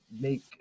make